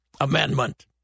amendment